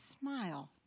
smile